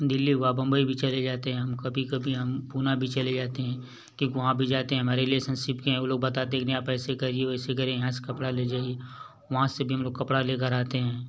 दिल्ली हुआ बम्बई भी चले जाते हम कभी कभी हम पूना भी चले जाते हैं क्योंकि वहाँ पर जाते हैं हमारे लिए संसिप किए हैं वो लोग बताते हैं कि नही आप ऐसे करिए वैसे करें यहाँ से कपड़ा ले जाइए वहाँ से भी हम लोग कपड़ा लेकर आते हैं